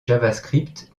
javascript